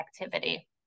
activity